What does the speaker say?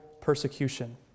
persecution